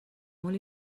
molt